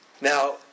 Now